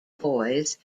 boys